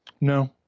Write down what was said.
No